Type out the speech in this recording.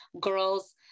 girls